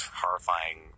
horrifying